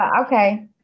Okay